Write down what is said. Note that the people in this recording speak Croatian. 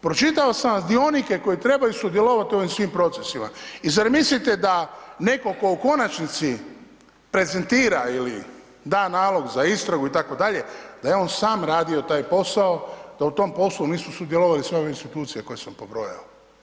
Pročitao sam dionike koji sudjelovati u ovim svim procesima i zar mislite da netko tko u konačnici prezentira ili da nalog za istragu, da je on sam radio taj posao, da u tom poslu nisu sudjelovale sve ove institucije koje sam pobrojao.